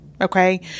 Okay